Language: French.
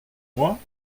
moi